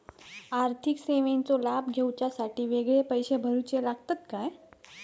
आर्थिक सेवेंचो लाभ घेवच्यासाठी वेगळे पैसे भरुचे लागतत काय?